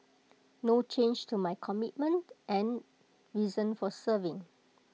no change to my commitment and reason for serving